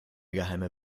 geheime